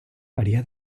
varía